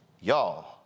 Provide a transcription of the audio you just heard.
y'all